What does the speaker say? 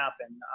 happen